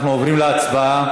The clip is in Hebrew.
אנחנו עוברים להצבעה.